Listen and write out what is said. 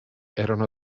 erano